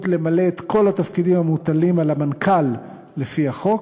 למלא את כל התפקידים המוטלים על המנכ"ל לפי החוק,